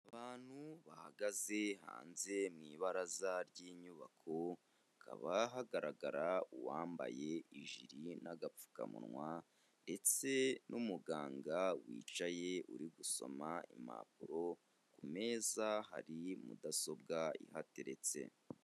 Abantu bahagaze hanze mu ibaraza ry'inyubako, hakaba hagaragara uwambaye ijiri n'agapfukamunwa ndetse n'umuganga wicaye uri gusoma impapuro, ku meza hari mudasobwa ihateretse.